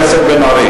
חבר הכנסת בן-ארי,